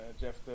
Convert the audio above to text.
Jeff